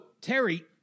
Terry